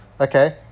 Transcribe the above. Okay